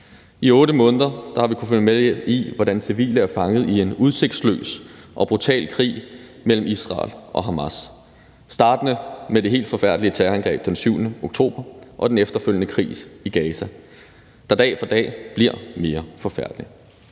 I 8 måneder har vi kunnet følge med i, hvordan civile er fanget i en udsigtsløs og brutal krig mellem Israel og Hamas startende med det helt forfærdelige terrorangreb den 7. oktober og den efterfølgende krig i Gaza, der dag for dag bliver mere forfærdelig,